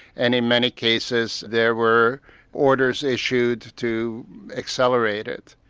and in many cases there were orders issued to accelerate it.